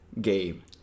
Game